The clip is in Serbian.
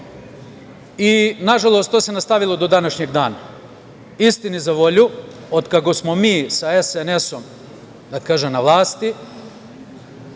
Nažalost, to se nastavilo do današnjeg dana. Istini za volju, od kako smo mi sa SNS na vlasti